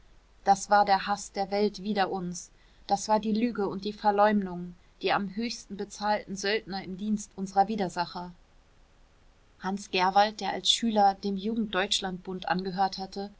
das war der haß der welt wider uns das war die lüge und die verleumdung die am höchsten bezahlten söldner im dienst unserer widersacher hans gerwald der als schüler dem jungdeutschlandbund angehört hatte